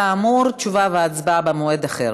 כאמור, תשובה והצבעה במועד אחר.